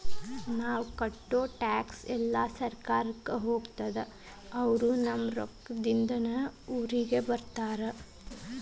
ನಾವ್ ಕಟ್ಟೋ ಟ್ಯಾಕ್ಸ್ ಎಲ್ಲಾ ಸರ್ಕಾರಕ್ಕ ಹೋಗ್ತದ ಅವ್ರು ನಮ್ ರೊಕ್ಕದಿಂದಾನ ಊರ್ ಉದ್ದಾರ ಮಾಡ್ತಾರಾ